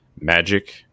magic